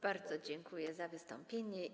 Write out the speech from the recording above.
Bardzo dziękuję za wystąpienie.